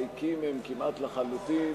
ריקים הם כמעט לחלוטין.